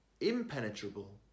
impenetrable